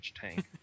tank